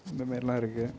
இந்தமாரிலாம் இருக்கு